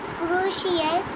crucial